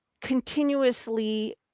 continuously